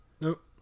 Nope